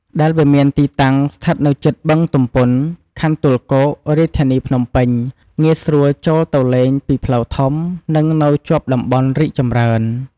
ដែលវាមានទីតាំងស្ថិតនៅជិតបឹងទំពុន ខណ្ឌទួលគោក រាជធានីភ្នំពេញ ងាយស្រួលចូលទៅលេងពីផ្លូវធំ និង នៅជាប់តំបន់រីកចម្រើន។